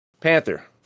Panther